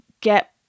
get